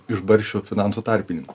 iš barščių finansų tarpininkų